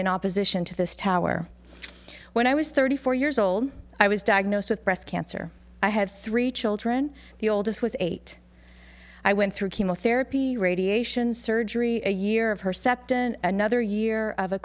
in opposition to this tower when i was thirty four years old i was diagnosed with breast cancer i had three children the oldest was eight i went through chemotherapy radiation surgery a year of herceptin another year of a